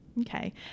Okay